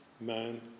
man